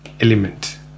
element